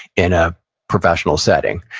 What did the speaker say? in a professional setting.